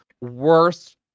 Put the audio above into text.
Worst